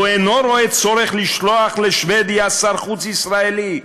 הוא אינו רואה צורך לשלוח לשבדיה שר חוץ ישראלי,